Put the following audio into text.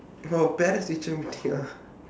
oh parents-teacher meeting ah